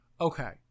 Okay